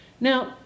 Now